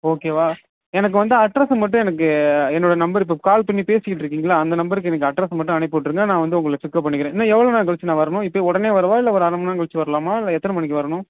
ஓகேவா எனக்கு வந்து அட்ரஸ்ஸை மட்டும் எனக்கு என்னோட நம்பர் இப்போ கால் பண்ணி பேசிக்கிட்டு இருக்கீங்கல்ல அந்த நம்பருக்கு எனக்கு அட்ரஸ்ஸை மட்டும் அனுப்பிவிட்டுருங்க நான் வந்து உங்களை பிக்கப் பண்ணிக்கிறேன் இன்னும் எவ்வளோ நேரம்கழிச்சி நான் வரணும் இப்பையே உடனே வரவா இல்லை ஒரு அரை மண்நேரம் கழிச்சு வரலாமா இல்லை எத்தனை மணிக்கு வரணும்